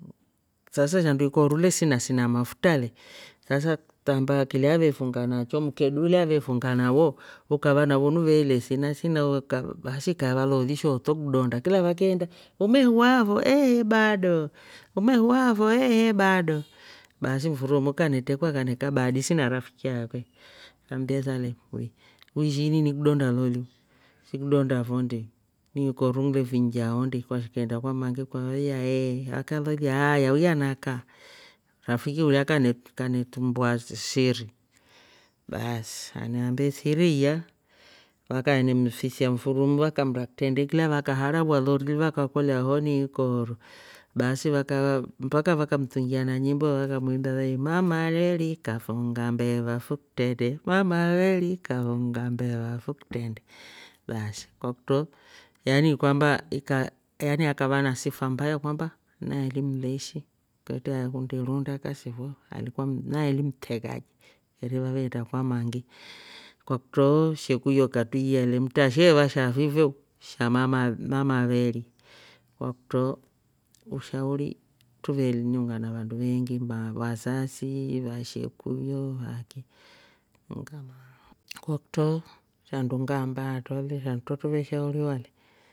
Sasa shandru ikooru lesina sina maftra le sasa ktambaa kilya aveefunga nacho mkeduu uliya avefunga nawo ukava nawo nuwevele sina sina wak- basi ikaeva looli shootro kdonda kila vakeenda umeuwaa fo ehe bado. umeuwaa fo ehe bado, basi mfuru umu kanetrekwa kane kaba hadisi na rafiki akwe kambesa le uwi ushi ini ni kdonda loli u shi kidonda fo ndi ni ikooru ngile finjya oh ndi kwashikeenda kwa mangi kwaveiya eeh akalolya hayaa uya na kaa. rafiki ulya kantrumbua siri baasi anaambe siri iya. wakanemfisia mfuru umu vakamra kitrende kilya vakaharauwa loli vakakolya oh ni ikooru. baasi vakava mpaka vakamtungia na nyimbo vakamuimba vai "mama leri kafunga mbeva fo kitrende. mama leri kafunga mbeva fo kitrende" baasi kwakutro yan kwamba akava na sifa mbaya kwamba naeli mleshi kwetre aekundi iruunda kasi fo aliku- a naeli mtegaji keri vaveenda kwa mangi, kwakutroo shekuyo katruiya le mtasheeva shafifeu sha mama- mama veri kwakutro ushauri truveeli ni uingwa na vandu veengi wasasi. vashekuyo vaki ngamaa. Kwakutro shandu ngaamba hatro le shandu vo truve shauriwa le